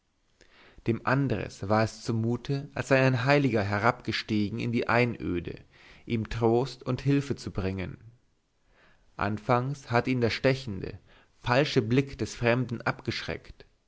dem andres war es zumute als sei ein heiliger herabgestiegen in die einöde ihm trost und hülfe zu bringen anfangs hatte ihn der stechende falsche blick des fremden abgeschreckt